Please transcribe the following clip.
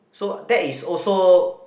so that is also